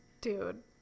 Dude